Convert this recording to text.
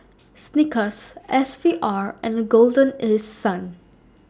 Snickers S V R and Golden East Sun